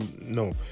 no